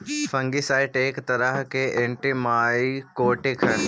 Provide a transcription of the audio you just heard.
fungicide एक तरह के एंटिमाइकोटिक हई